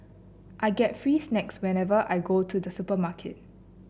I get free snacks whenever I go to the supermarket